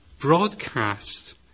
broadcast